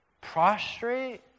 prostrate